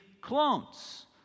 clones